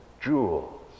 jewels